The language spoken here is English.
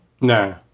No